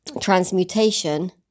transmutation